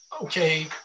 okay